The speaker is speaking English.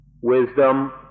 wisdom